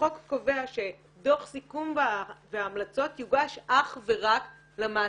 החוק קובע שדוח סיכון והמלצות יוגש אך ורק למעסיק.